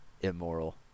immoral